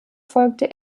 folgte